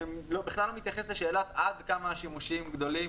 אני בכלל לא מתייחס לשאלת עד כמה השימושים גדולים,